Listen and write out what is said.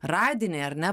radinį ar ne